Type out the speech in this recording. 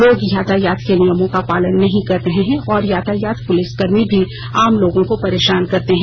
लोग यातायात के नियमों का पालन नहीं कर रहे हैं और यातायात पुलिसकर्मी भी आम लोगों को परेशान करते हैं